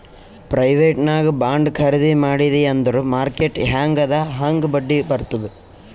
private ನಾಗ್ bond ಖರ್ದಿ ಮಾಡಿದಿ ಅಂದುರ್ ಮಾರ್ಕೆಟ್ ಹ್ಯಾಂಗ್ ಅದಾ ಹಾಂಗ್ ಬಡ್ಡಿ ಬರ್ತುದ್